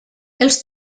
els